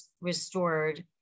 restored